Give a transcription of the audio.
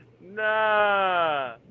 Nah